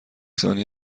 ثانیه